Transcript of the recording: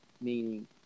meaning